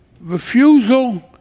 refusal